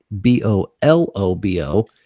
B-O-L-O-B-O